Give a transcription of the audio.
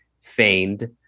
feigned